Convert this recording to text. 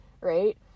right